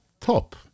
top